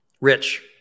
Rich